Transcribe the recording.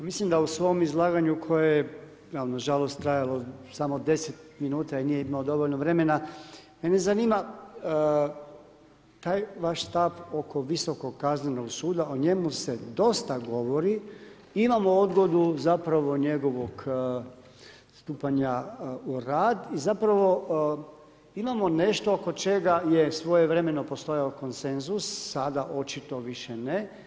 Mislim da u svom izlaganju koje je nažalost trajalo samo 10 minuta i nije imao dovoljno vremena, mene zanima taj vaš stav oko Visokog kaznenog suda, o njemu se dosta govori, imamo odgodu zapravo njegovog stupanja u rad i zapravo imamo nešto oko čega je svojevremeno postojao konsenzus, sada očito više ne.